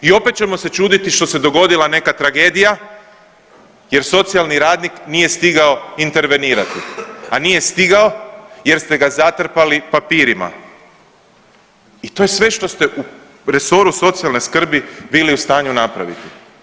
I opet ćemo se čuditi što se dogodila neka tragedija jer socijalni radnik nije stigao intervenirati, a nije stigao jer ste ga zatrpali papirima i to je sve što ste u resoru socijalne skrbi bili u stanju napraviti.